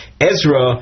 ezra